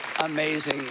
Amazing